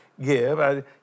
give